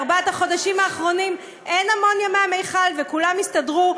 בארבעת החודשים האחרונים אין אמוניה מהמכל וכולם הסתדרו,